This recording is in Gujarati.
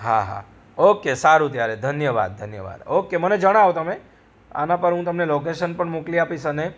હા હા ઓકે સારું ત્યારે ધન્યવાદ ધન્યવાદ ઓકે મને જણાવો તમે આના પર હું તમને લોકેશન પણ મોકલી આપીશ અને